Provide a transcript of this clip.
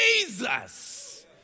Jesus